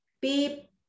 beep